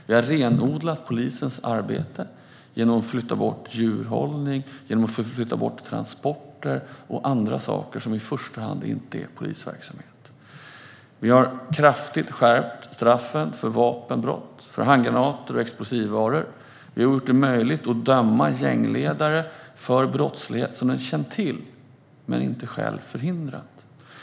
Vi har renodlat polisens arbete genom att flytta bort djurhållning, transporter och annat som i första hand inte är polisverksamhet. Vi har kraftigt skärpt straffen för vapenbrott, för handgranater och explosiva varor. Vi har gjort det möjligt att döma gängledare för brottslighet som den har känt till, men inte själv förhindrat.